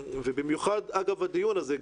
ובמיוחד אגב הדיון הזה,